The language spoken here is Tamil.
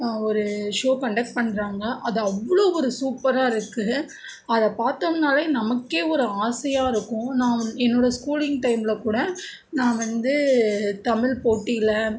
ஒரு ஷோ கண்டெக்ட் பண்ணுறாங்க அது அவ்வளோ ஒரு சூப்பராக இருக்குது அதை பார்த்தோம்னாவே நமக்கே ஒரு ஆசையா இருக்கும் நாம் என்னோடய ஸ்கூலிங் டைமில் கூட நான் வந்து தமிழ் போட்டியில்